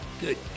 Good